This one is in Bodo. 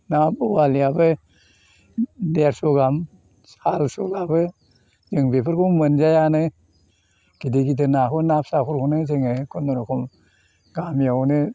ना ब'वालियाबो देरस' गाहाम चारस' बाबो जों बेफोरखौ मोनजायानो गिदिर गिदिर नाखौ ना फिसाफोरखौनो जोङो खुनुरुखुम गामियावनो